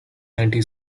anti